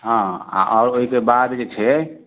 हँ आओर ओहिके बाद जे छै